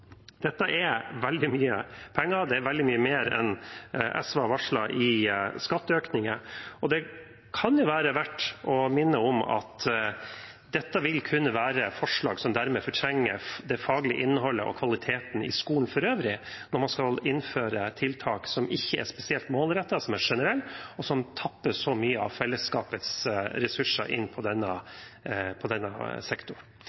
er veldig mye penger. Det er veldig mye mer enn SV har varslet i skatteøkninger. Det kan være verdt å minne om at dette vil kunne være forslag som dermed fortrenger det faglige innholdet og kvaliteten i skolen for øvrig, når man skal innføre tiltak som ikke er spesielt målrettede, som er generelle, og som tapper så mye av fellesskapets ressurser inn i denne sektoren.